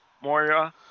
Moria